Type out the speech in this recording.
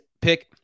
pick